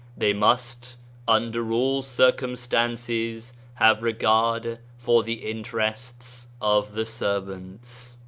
they must under all circumstances have regard for the interests of the servants.